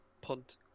punt